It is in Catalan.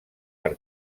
per